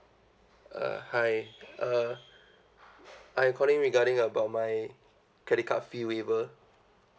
uh hi uh I'm calling regarding about my credit card fee waiver